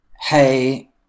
Hey